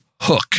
hook